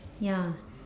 ya